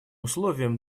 условием